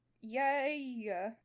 yay